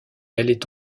allait